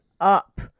up